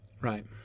right